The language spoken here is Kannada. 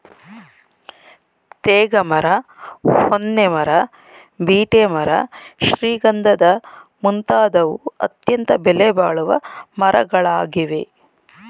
ತೇಗ ಮರ, ಹೊನ್ನೆ ಮರ, ಬೀಟೆ ಮರ ಶ್ರೀಗಂಧದ ಮುಂತಾದವು ಅತ್ಯಂತ ಬೆಲೆಬಾಳುವ ಮರಗಳಾಗಿವೆ